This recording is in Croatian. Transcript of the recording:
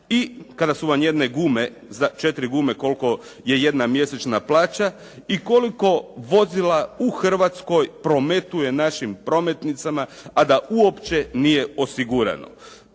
I kada su vam jedne gume, 4 gume su kolika je jedna mjesečna plaća. I koliko vozila u Hrvatskoj prometuje našim prometnicima, a da uopće nije osigurano?